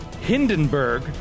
Hindenburg